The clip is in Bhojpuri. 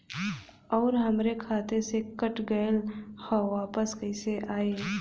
आऊर हमरे खाते से कट गैल ह वापस कैसे आई?